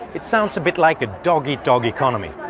it sounds a bit like a dog-eat-dog economy.